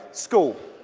school.